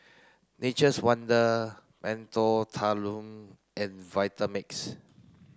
Nature's Wonder Mentholatum and Vitamix